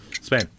Spain